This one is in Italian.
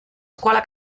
scuola